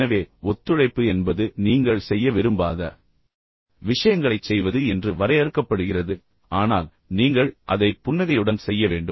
எனவே ஒத்துழைப்பு என்பது நீங்கள் செய்ய விரும்பாத விஷயங்களைச் செய்வது என்று வரையறுக்கப்படுகிறது ஆனால் நீங்கள் அதை புன்னகையுடன் செய்ய வேண்டும்